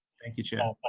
thank you, chair.